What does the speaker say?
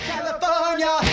California